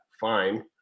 fine